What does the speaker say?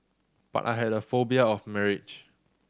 but I had a phobia of marriage